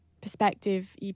perspective